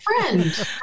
friend